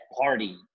party